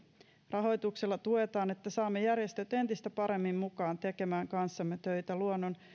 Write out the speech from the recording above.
rahoituksella tuetaan sitä että saamme järjestöt entistä paremmin mukaan tekemään kanssamme töitä luonnon